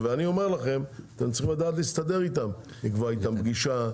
ואני אומר לכם שאתם צריכים לדעת להסתדר איתם לקבוע איתם פגישה,